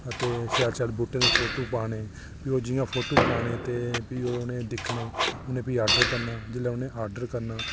ते शैल शैल बूह्टें दे फोटो पाने ते भी ओह् जि'यां फोटो पाने ते उ'नें दिक्खने ते इ'नें भी ऑर्डर करना जेल्लै भी इ'नें ऑर्डर करना